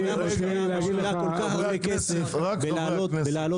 המדינה משקיעה כל כך הרבה כסף כדי להביא